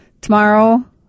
Tomorrow